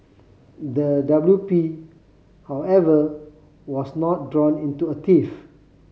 the W P however was not drawn into a tiff